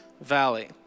valley